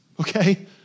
okay